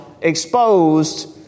exposed